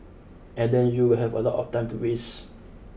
and then you will have a lot of time to waste